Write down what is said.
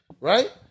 Right